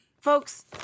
Folks